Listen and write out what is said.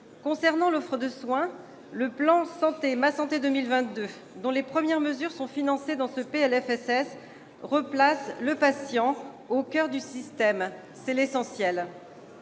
Concernant l'offre de soins, le plan « Ma santé 2022 », dont les premières mesures sont financées dans ce PLFSS, replace le patient au coeur du système, ce qui est essentiel.